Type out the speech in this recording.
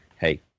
hey